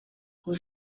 rue